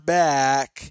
back